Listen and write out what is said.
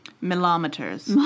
Millimeters